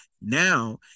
now